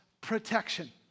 protection